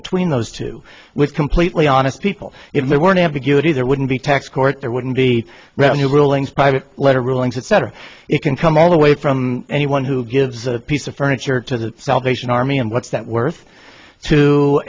between those two which completely honest people if they weren't ambiguity there wouldn't be tax court there wouldn't be revenue rulings private letter rulings etc it can come all the way from anyone who gives a piece of furniture to the salvation army and what's that worth to